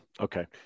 okay